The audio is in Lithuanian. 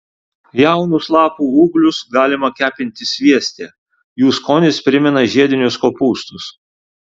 jaunus lapų ūglius galima kepinti svieste jų skonis primena žiedinius kopūstus